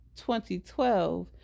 2012